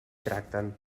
tracten